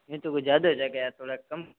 नहीं तो वो ज़्यादा जायेगा यार थोड़ा कम